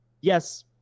yes